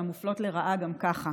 המופלות לרעה גם ככה,